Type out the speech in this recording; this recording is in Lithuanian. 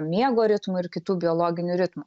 miego ritmų ir kitų biologinių ritmų